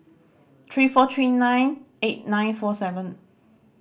three four three nine eight nine four seven